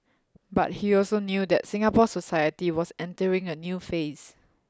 but he also knew that Singapore society was entering a new phase